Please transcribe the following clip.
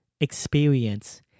experience